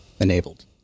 Enabled